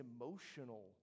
emotional